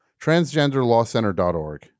Transgenderlawcenter.org